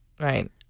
Right